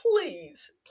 please